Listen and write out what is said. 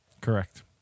Correct